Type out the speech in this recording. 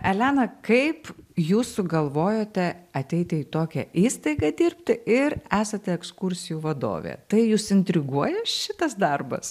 elena kaip jūs sugalvojot ateiti į tokią įstaigą dirbti ir esate ekskursijų vadovė tai jus intriguoja šitas darbas